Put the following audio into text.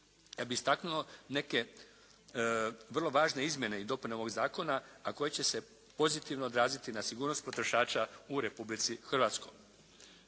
Ja bih istaknuo neke vrlo važne izmjene i dopune ovog zakona a koje će se pozitivno odraziti na sigurnost potrošača u Republici Hrvatskoj.